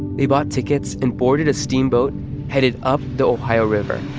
they bought tickets and boarded a steamboat headed up the ohio river